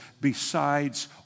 Besides